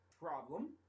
Problem